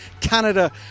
Canada